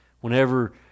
whenever